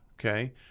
Okay